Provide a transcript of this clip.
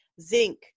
zinc